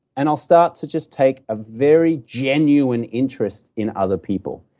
and i'll start to just take a very genuine interest in other people.